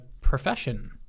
profession